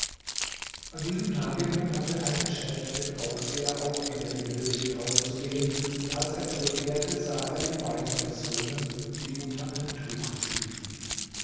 an diesem tage nun hatte ein geschäft den aufseher auch wieder genötigt auszugehen und als er zurückkehrte sah er die beiden personen die unter einem tuche schliefen